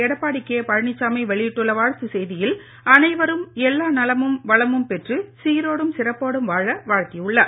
Edappadi K Palaniswami வெளியிட்டுள்ள வாழ்த்துச் செய்தியில் அனைவரும் எல்லா நலமும் வளமும் பெற்று சீரோடும் சிறப்போடும் வாழ வாழ்த்தியுள்ளார்